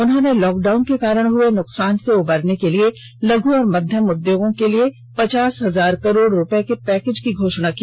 उन्होंने लॉकडाउन के कारण हुए नुकसान से उबरने के लिये लघ् और मध्यम उद्योगों के लिए पचास हजार करोड़ रुपये के पैकेज की घोषणा की